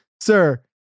Sir